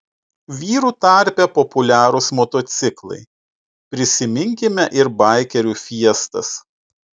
vyrų tarpe populiarūs motociklai prisiminkime ir baikerių fiestas